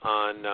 on